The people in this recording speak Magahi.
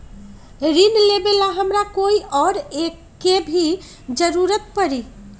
ऋन लेबेला हमरा कोई और के भी जरूरत परी?